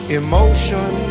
emotion